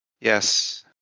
Yes